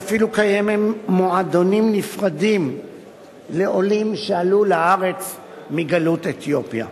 ואפילו קיימים מועדונים נפרדים לעולים שעלו לארץ מגלות אתיופיה.